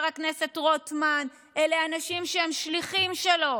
הכנסת רוטמן אלה אנשים שהם שליחים שלו.